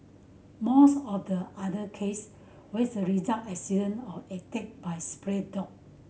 most of the other case with the result accident or attack by spray dog